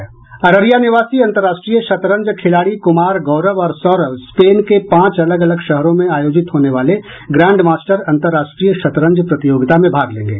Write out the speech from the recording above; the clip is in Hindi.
अररिया निवासी अन्तर्राष्ट्रीय शतरंज खिलाड़ी कुमार गौरव और सौरव स्पेन के पांच अलग अलग शहरों में आयोजित होने वाले ग्रांडमास्टर अन्तर्राष्ट्रीय शतरंज प्रतियोगिता में भाग लेंगे